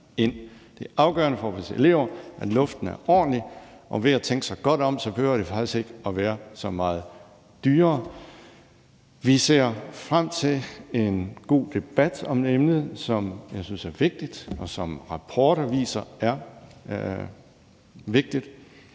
Det er afgørende for vores elever, at luften er ordentlig, og ved at man tænker sig godt om, behøver det faktisk ikke at være så meget dyrere. Vi ser frem til en god debat om emnet, som jeg synes er vigtigt, og som rapporter viser er vigtigt.